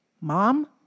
mom